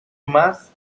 más